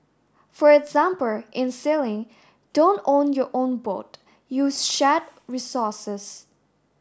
for example in sailing don't own your own boat use shared resources